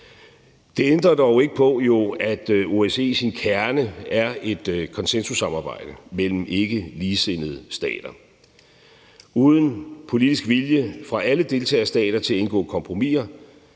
Det ændrer dog ikke på, at OSCE i sin kerne er et konsensussamarbejde mellem ikkeligesindede stater. Uden politisk vilje fra alle deltagerstater til at indgå kompromiser